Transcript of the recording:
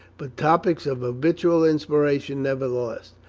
but topics of habitual inspiration nevertheless.